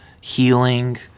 healing